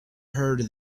heard